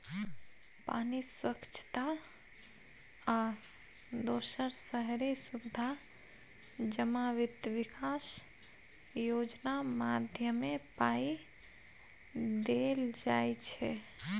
पानि, स्वच्छता आ दोसर शहरी सुबिधा जमा बित्त बिकास योजना माध्यमे पाइ देल जाइ छै